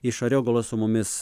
iš ariogalos su mumis